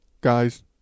guys